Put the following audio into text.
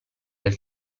del